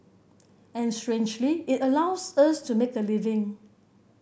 and strangely it allows us to make a living